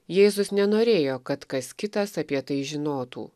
jėzus nenorėjo kad kas kitas apie tai žinotų